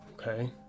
Okay